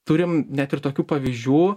turim net ir tokių pavyzdžių